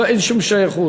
אין שום שייכות.